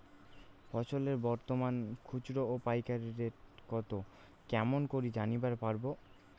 ফসলের বর্তমান খুচরা ও পাইকারি রেট কতো কেমন করি জানিবার পারবো?